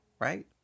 right